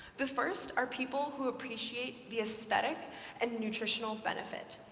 the first are people who appreciate the aesthetic and nutritional benefit.